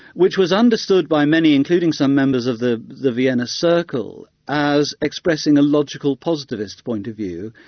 which was understood by many, including some members of the the vienna circle, as expressing a logical positivist point of view,